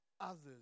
others